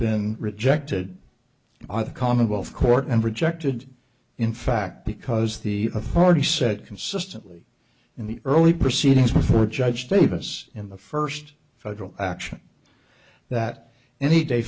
been rejected by the commonwealth court and rejected in fact because the authority said consistently in the early proceedings before judge davis in the first federal action that any d